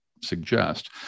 suggest